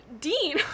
Dean